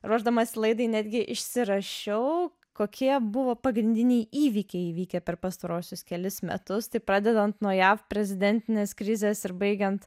ruošdamasi laidai netgi išsirašiau kokie buvo pagrindiniai įvykiai įvykę per pastaruosius kelis metus tai pradedant nuo jav prezidentinės krizės ir baigiant